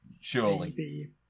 Surely